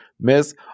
Miss